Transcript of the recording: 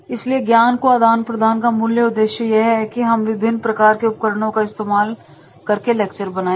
इसलिए ज्ञान के आदान प्रदान का मूल्य उद्देश्य यह है कि हम विभिन्न प्रकार के उपकरणों का इस्तेमाल करके लेक्चर बनाएं